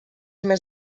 més